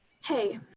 Hey